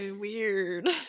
weird